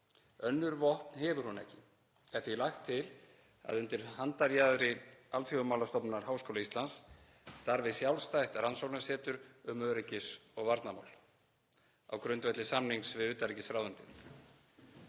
Önnur vopn hefur hún ekki. Er því lagt til að undir handarjaðri Alþjóðamálastofnunar Háskóla Íslands starfi sjálfstætt rannsóknasetur um öryggis- og varnarmál, RÖV, á grundvelli samnings við utanríkisráðuneytið.